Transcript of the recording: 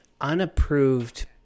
unapproved